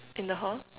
in the hall